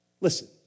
Listen